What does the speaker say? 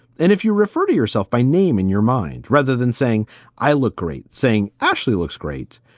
and if you refer to yourself by name in your mind, rather than saying i look great, saying actually looks great,